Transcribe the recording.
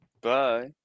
Bye